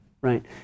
Right